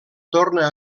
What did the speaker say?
torna